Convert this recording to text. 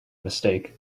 mistake